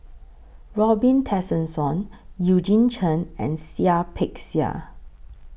Robin Tessensohn Eugene Chen and Seah Peck Seah